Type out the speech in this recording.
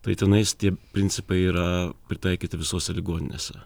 tai tenais tie principai yra pritaikyti visose ligoninėse